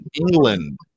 England